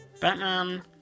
Batman